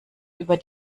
über